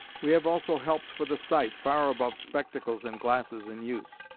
we have also helps for the sight, far above spectacles and glasses in use.